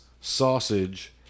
sausage